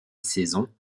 saison